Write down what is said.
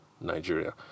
nigeria